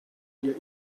your